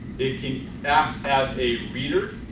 they can act as a reader